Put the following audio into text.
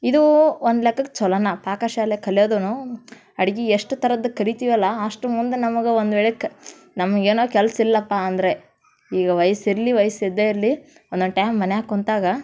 ಇದು ಒಂದು ಲೆಕ್ಕಕ್ಕೆ ಚೊಲೊನೇ ಪಾಕಶಾಲೆ ಕಲ್ಯೋದೂ ಅಡ್ಗೆ ಎಷ್ಟು ಥರದ್ದು ಕಲಿತೀವಲ್ಲ ಅಷ್ಟು ಮುಂದೆ ನಮಗೆ ಒಂದು ವೇಳೆ ಕ ನಮ್ಗೆ ಏನೋ ಕೆಲಸಿಲ್ಲಪ್ಪ ಅಂದರೆ ಈಗ ವಯಸ್ಸಿರ್ಲಿ ವಯ್ಸು ಇಲ್ದೇ ಇರಲಿ ಒಂದೊಂದು ಟೈಮ್ ಮನ್ಯಾಗೆ ಕುಳ್ತಾಗ